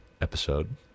episode